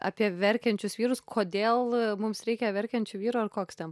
apie verkiančius vyrus kodėl mums reikia verkiančių vyrų ar koks ten